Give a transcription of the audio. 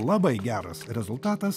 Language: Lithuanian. labai geras rezultatas